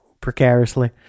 precariously